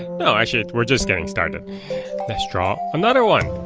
no actually we're just getting started. let's draw another one.